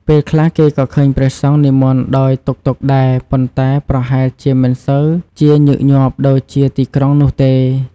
ពេលខ្លះ គេក៏ឃើញព្រះសង្ឃនិមន្តដោយតុកតុកដែរ ប៉ុន្តែប្រហែលជាមិនសូវជាញឹកញាប់ដូចជាទីក្រុងនោះទេ។